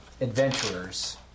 adventurers